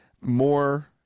more